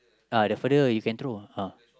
uh the further you can throw ah ah